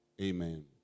Amen